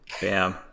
Bam